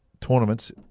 tournaments